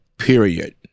period